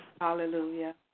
Hallelujah